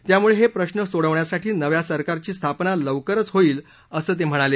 त्यामुळे हे प्रश्र सोडवण्यासाठी नवं सरकारची स्थापना लवकरच होईल असं ते म्हणाले